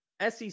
SEC